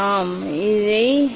ஆம் அது முடிந்தது